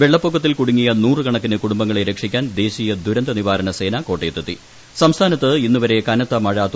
വെള്ളപ്പൊക്കത്തിൽ കുടുങ്ങിയ നൂറുകണക്കിന് കുടുംബങ്ങളെ രക്ഷിക്കാൻ ദേശീയ ദുരന്ത നിവാരണ സംസ്ഥാനത്ത് ഇന്നുവരെ കനത്ത മഴ സേന കോട്ടയത്തെത്തി